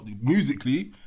musically